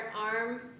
arm